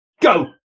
Go